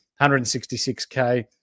166K